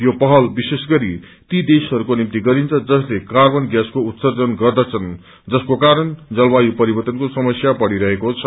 यो पहल विशेष गरी ती देशहरूको निम्ति गरिन्छ जसले कार्बन ग्यासको उर्त्सजन गर्दछन् जसको कारण जलवायु परिवव्रनको समस्या बढ़िरहेको छ